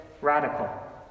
radical